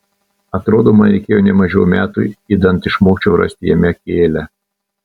atrodo man reikėjo ne mažiau metų idant išmokčiau rasti jame kėlią